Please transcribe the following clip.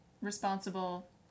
responsible